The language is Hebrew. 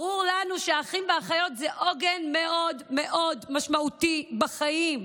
ברור לנו שאחים ואחיות זה עוגן מאוד מאוד משמעותי בחיים.